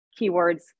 keywords